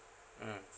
mm